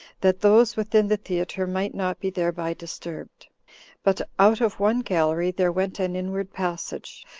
that those within the theater might not be thereby disturbed but out of one gallery there went an inward passage,